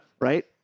right